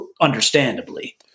understandably